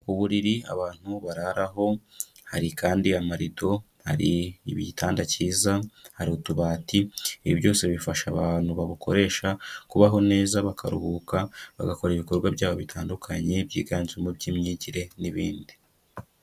Uburiri abantu bararaho, hari kandi amarido, hari ibitanda cyiza, hari utubati, ibi byose bifasha abantu babukoresha kubaho neza, bakaruhuka, bagakora ibikorwa byabo bitandukanye byiganjemo by'imyigire n'ibindi.